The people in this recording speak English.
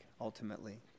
ultimately